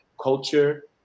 culture